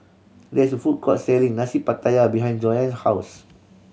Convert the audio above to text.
there is a food court selling Nasi Pattaya behind Jonna's house